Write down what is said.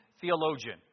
theologian